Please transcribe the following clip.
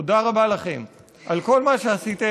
תודה רבה לכם על כל מה שעשיתם,